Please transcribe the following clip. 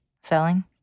selling